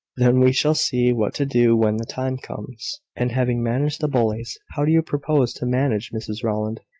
then we shall see what to do when the time comes. and having managed the bullies, how do you propose to manage mrs rowland?